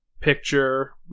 picture